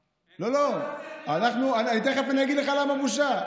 לא, לא, תכף אני אגיד לך למה בושה.